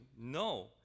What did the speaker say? No